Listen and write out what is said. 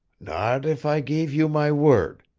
not if i gave you my word.